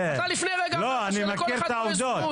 לפני רגע אמרת שלכל אחד יש זכות.